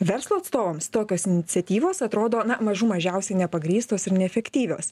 verslo atstovams tokios iniciatyvos atrodo na mažų mažiausiai nepagrįstos ir neefektyvios